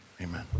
amen